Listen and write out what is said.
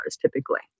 typically